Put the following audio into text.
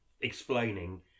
explaining